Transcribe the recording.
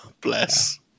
bless